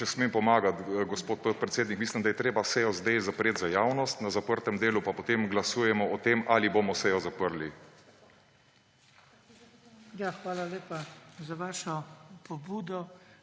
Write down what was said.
Če smem pomagati, gospod podpredsednik, mislim, da je treba sejo sedaj zapreti za javnost, na zaprtem delu pa potem glasujemo o tem, ali bomo sejo zaprli. PODPREDSEDNIK BRANKO